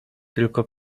tylko